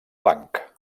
blanc